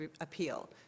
appeal